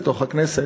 לתוך הכנסת.